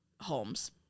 Holmes